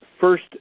first